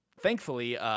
thankfully